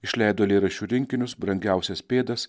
išleido eilėraščių rinkinius brangiausias pėdas